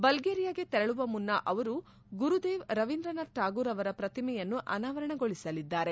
ಬಲ್ಗೇರಿಯಾಗೆ ತೆರಳುವ ಮುನ್ನ ಅವರು ಗುರುದೇವ್ ರವೀಂದ್ರನಾಥ್ ಟಾಗೂರ್ ಅವರ ಪ್ರತಿಮೆಯನ್ನು ಅನಾವರಣಗೊಳಿಸಲಿದ್ದಾರೆ